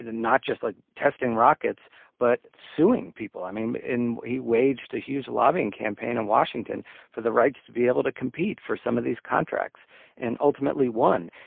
and and not just like testing rockets but suing people. i mean he waged a huge lobbying campaign in washington for the rights to be able to compete for some of these contracts and ultimately won.